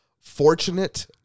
fortunate –